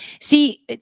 See